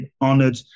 honored